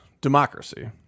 democracy